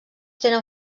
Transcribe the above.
tenen